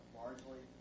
largely